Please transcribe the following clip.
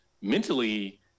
mentally